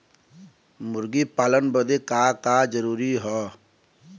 मुर्गी पालन बदे का का जरूरी ह?